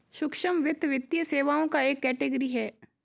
सूक्ष्म वित्त, वित्तीय सेवाओं का एक कैटेगरी है